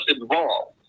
involved